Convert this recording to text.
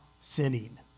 sinning